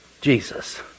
Jesus